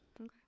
okay